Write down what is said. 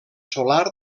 solar